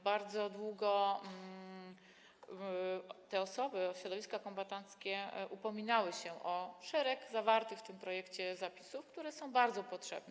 Bardzo długo te osoby, środowiska kombatanckie, upominały się o szereg zawartych w tym projekcie zapisów, które są bardzo potrzebne.